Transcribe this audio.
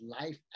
life